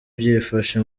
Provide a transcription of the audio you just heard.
byifashe